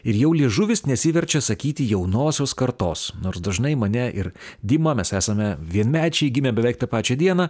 ir jau liežuvis nesiverčia sakyti jaunosios kartos nors dažnai mane ir dima mes esame vienmečiai gimė beveik tą pačią dieną